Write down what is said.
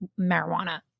marijuana